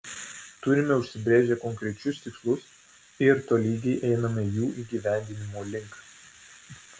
turime užsibrėžę konkrečius tikslus ir tolygiai einame jų įgyvendinimo link